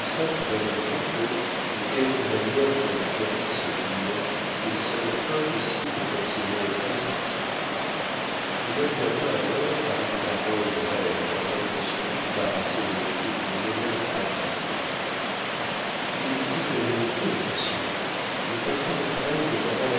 probablement que de quelque manière que l'on tordît ce client il serait impossible d'en tirer un centime il intervint alors par une parole brève dans l'intention de débarrasser l'étude d'une mauvaise pratique ils vous disent la vérité monsieur le patron ne travaille que pendant la